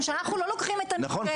שאנחנו לא לוקחים את המתווה הרך -- נכון,